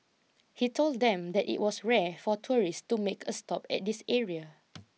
he told them that it was rare for tourists to make a stop at this area